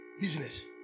business